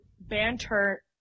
banter